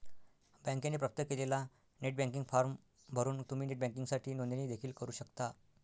बँकेने प्राप्त केलेला नेट बँकिंग फॉर्म भरून तुम्ही नेट बँकिंगसाठी नोंदणी देखील करू शकता